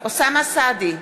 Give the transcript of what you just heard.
אוסאמה סעדי,